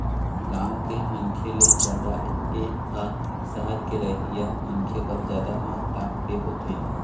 गाँव के मनखे ले जादा ए ह सहर के रहइया मनखे बर जादा महत्ता के होथे